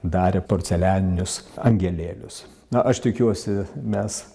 darė porcelianinius angelėlius na aš tikiuosi mes